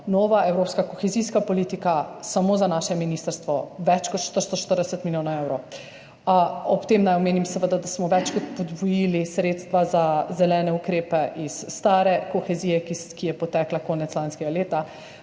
novi evropski kohezijski politiki samo za naše ministrstvo več kot 440 milijonov evrov. Ob tem naj omenim, da smo več kot podvojili sredstva za zelene ukrepe iz stare kohezije, ki je potekla konec lanskega leta.